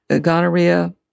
gonorrhea